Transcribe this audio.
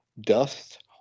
dust